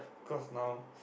cause now